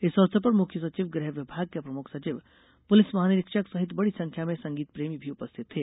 इस अवसर पर मुख्य सचिव गृह विभाग के प्रमुख सचिव पुलिस महानिरीक्षक सहित बड़ी संख्या में संगीतप्रेमी भी उपस्थित थे